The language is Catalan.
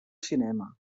cinema